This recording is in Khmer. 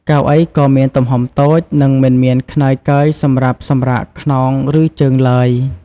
កៅអីក៏មានទំហំតូចនិងមិនមានខ្នើយកើយសម្រាប់សម្រាកខ្នងឬជើងឡើយ។